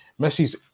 Messi's